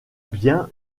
bien